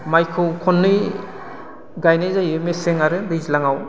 माइखौ खननै गायनाय जायो मेसें आरो दैज्लाङाव